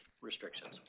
restrictions